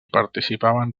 participaven